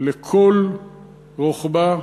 לכל רוחבה,